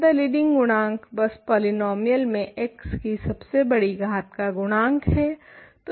अतः लीडिंग गुणांक बस पॉलीनोमियल में x की सबसे बड़ी घात का गुणांक है